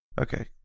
Okay